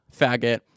faggot